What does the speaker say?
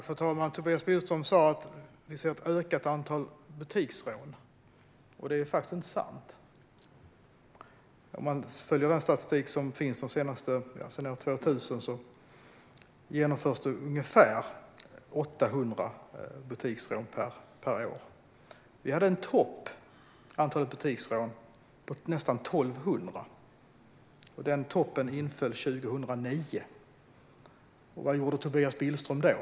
Fru talman! Tobias Billström sa att vi ser ett ökat antal butiksrån. Det är faktiskt inte sant. I den statistik som finns sedan år 2000 ser vi att genomförs ungefär 800 butiksrån per år. Vi hade en topp på nästan 1 200 butiksrån, och den toppen inföll 2009. Vad gjorde Tobias Billström då?